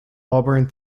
auburn